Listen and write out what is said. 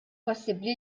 possibbli